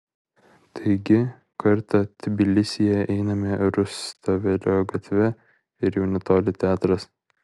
taigi kartą tbilisyje einame rustavelio gatve ir jau netoli teatras